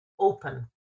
open